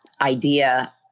idea